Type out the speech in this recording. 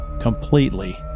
completely